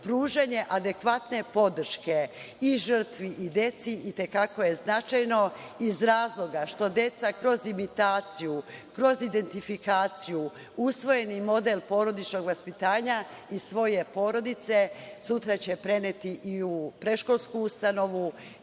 adekvatne podrške i žrtvi i deci i te kako je značajno iz razloga što deca kroz imitaciju, kroz identifikaciju usvojeni model porodičnog vaspitanja iz svoje porodice sutra će preneti i u predškolsku ustanovu